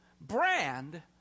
brand